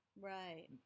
Right